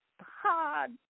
hard